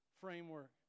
framework